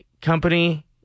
company